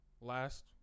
last